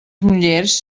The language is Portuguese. mulheres